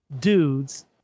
dudes